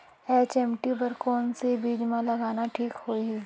HMT बर कौन से बीज मा लगाना ठीक होही?